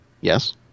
Yes